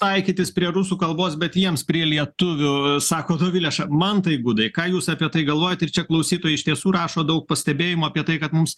taikytis prie rusų kalbos bet jiems prie lietuvių sako dovilė mantai gudai ką jūs apie tai galvojat ir čia klausytojai iš tiesų rašo daug pastebėjimų apie tai kad mums